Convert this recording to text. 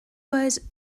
was